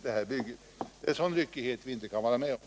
Det är en sådan ryckighet som vi inte kan vara med på.